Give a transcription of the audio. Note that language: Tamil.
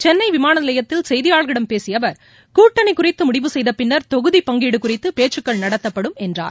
சென்னை விமான நிலையத்தில் செய்தியாளர்களிடம் பேசிய அவர் கூட்டணி குறித்து முடிவு செய்த பின்னர் தொகுதி பங்கீடு குறித்து பேச்சுக்கள் நடத்தப்படும் என்றார்